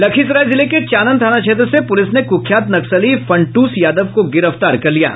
लखीसराय जिले के चानन थाना क्षेत्र से पुलिस ने कुख्यात नक्सली फंट्स यादव को गिरफ्तार किया है